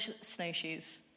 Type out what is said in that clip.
snowshoes